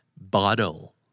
Bottle